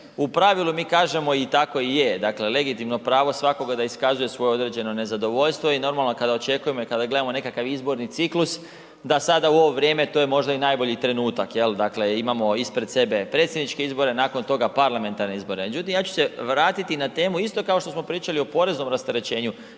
u pravilu mi kažemo i tako i je, dakle legitimno pravo svakoga je da iskazuje svoje određeno nezadovoljstvo i normalno kada očekujemo i kada gledamo nekakav izborni ciklus, da sada u ovo vrijeme to je možda i najbolji trenutak, jel, dakle imamo ispred sebe Predsjedničke izbore, nakon toga parlamentarne izbore. Međutim, ja ću se vratiti na temu isto kao što smo pričali o poreznom rasterećenju,